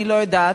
אני לא יודעת.